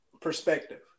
perspective